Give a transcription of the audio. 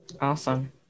Awesome